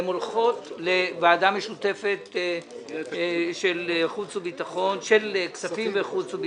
הן הולכות לוועדה משותפת של הכספים והחוץ והביטחון.